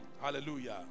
Hallelujah